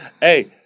Hey